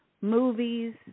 movies